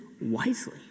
wisely